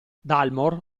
dalmor